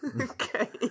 Okay